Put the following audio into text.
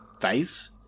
face